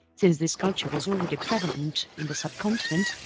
since this culture was already prevalent in the subcontinent,